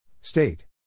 State